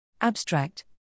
Abstract